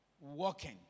walking